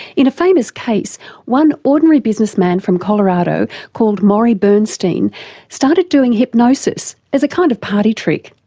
in a famous case one ordinary businessman from colorado called morrie bernstein started doing hypnosis as a kind of party trick.